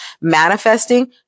manifesting